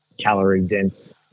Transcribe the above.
calorie-dense